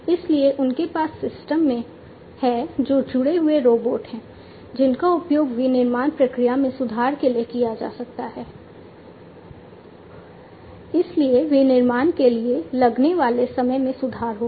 इसलिए उनके पास सिस्टम हैं जो जुड़े हुए रोबोट हैं जिनका उपयोग विनिर्माण प्रक्रिया में सुधार के लिए किया जा सकता है इसलिए विनिर्माण के लिए लगने वाले समय में सुधार होगा